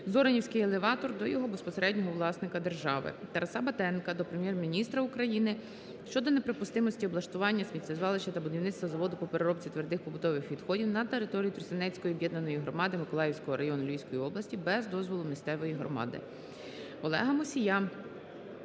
"Зоринівський елеватор" до його безпосереднього власника – держави. Тараса Батенка до Прем'єр-міністра України щодо неприпустимості облаштування сміттєзвалища та будівництва заводу по переробці твердих побутових відходів на території Тростянецької об'єднаної громади Миколаївського району Львівської області без дозволу місцевої громади. Олега Мусія